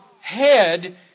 head